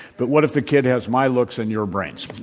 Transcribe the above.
but what if the kid has my looks and your brains?